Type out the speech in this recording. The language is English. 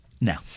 now